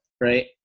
Right